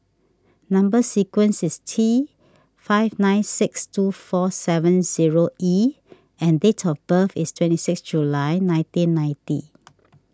Number Sequence is T five nine six two four seven zero E and date of birth is twenty six July nineteen ninety